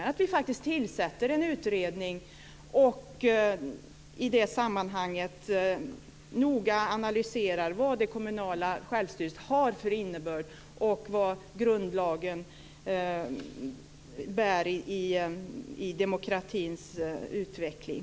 Vore det inte rimligt att vi tillsatte en utredning och i det sammanhanget noga analyserade innebörden i den kommunala självstyrelsen, grundlagen och demokratins utveckling?